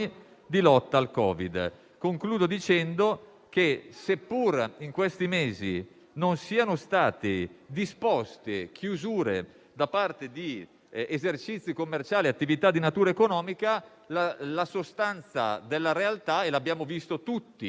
di lotta al Covid. Concludo dicendo che, seppure in questi mesi non sono state disposte chiusure di esercizi commerciali e di attività di natura economica, la sostanza della realtà, come abbiamo visto tutti